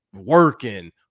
working